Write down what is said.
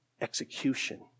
execution